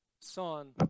son